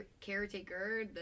caretaker